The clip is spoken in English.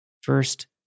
First